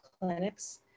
clinics